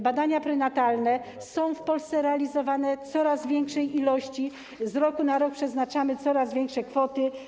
Badania prenatalne są w Polsce realizowane w coraz większej ilości, z roku na rok przeznaczamy coraz większe kwoty.